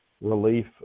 relief